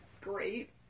great